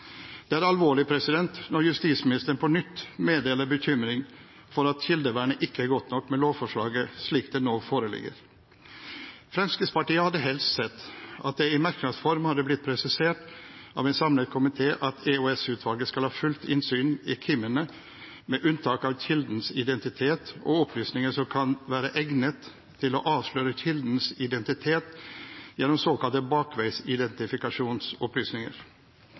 Det er alvorlig når justisministeren på nytt meddeler bekymring for at kildevernet ikke er godt nok med lovforslaget slik det nå foreligger. Fremskrittspartiet hadde helst sett at det i merknads form hadde blitt presisert av en samlet komité at EOS-utvalget skal ha fullt innsyn i kildemøterapportene, KIM-ene, med unntak av kildens identitet og opplysninger som kan være egnet til å avsløre kildens identitet gjennom såkalte